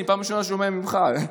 אני שומע ממך בפעם הראשונה.